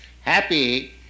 happy